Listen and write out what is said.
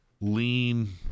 lean –